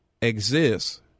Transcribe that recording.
exists